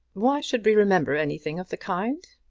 why should we remember anything of the kind?